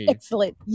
Excellent